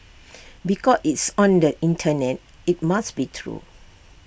because it's on the Internet IT must be true